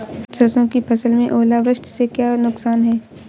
सरसों की फसल में ओलावृष्टि से क्या नुकसान है?